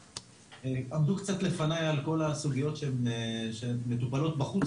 עמדו קצת לפניי על כל הסוגיות שמטופלות בחוץ